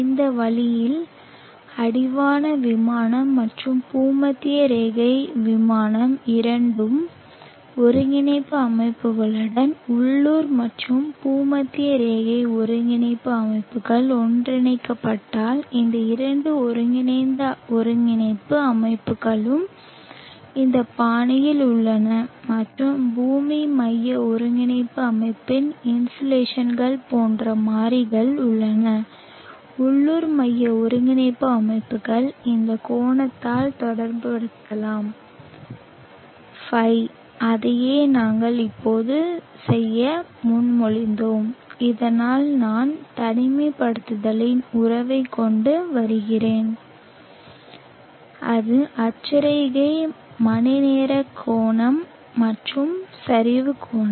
இந்த வழியில் அடிவான விமானம் மற்றும் பூமத்திய ரேகை விமானம் இரண்டு ஒருங்கிணைப்பு அமைப்புகளுடன் உள்ளூர் மற்றும் பூமத்திய ரேகை ஒருங்கிணைப்பு அமைப்புகள் ஒன்றிணைக்கப்பட்டால் இந்த இரண்டு ஒருங்கிணைந்த ஒருங்கிணைப்பு அமைப்புகளும் இந்த பாணியில் உள்ளன மற்றும் பூமி மைய ஒருங்கிணைப்பு அமைப்பில் இன்சோலேஷன்கள் போன்ற மாறிகள் உள்ளன உள்ளூர் மைய ஒருங்கிணைப்பு அமைப்புகள் இந்த கோணத்தால் தொடர்புபடுத்தப்படலாம் ϕ அதையே நாங்கள் இப்போது செய்ய முன்மொழிந்தோம் இதனால் நாம் தனிமைப்படுத்தலின் உறவை கொண்டு வருகிறோம் இது அட்சரேகை மணிநேர கோணம் மற்றும் சரிவு கோணம்